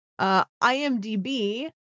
IMDb